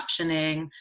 captioning